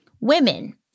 Women